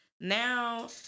Now